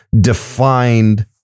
defined